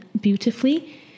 beautifully